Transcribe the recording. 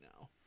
now